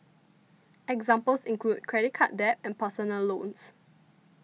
examples include credit card debt and personal loans